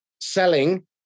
selling